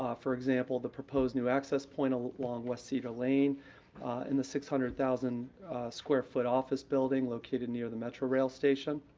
um for example, the proposed new access point along west cedar lane and the six hundred thousand square foot office building located near the metrorail station.